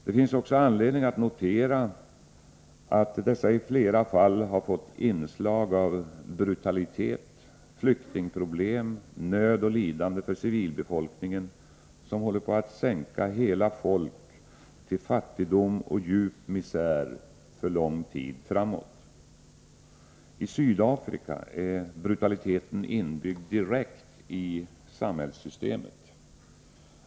Det finns också anledning att notera att dessa i flera fall fått inslag av brutalitet, flyktingproblem, nöd och lidande för civilbefolkningen, något som håller på att sänka hela folk till fattigdom och djup misär för lång tid framåt. I Sydafrika är brutaliteten inbyggd direkt i samhällssystemet.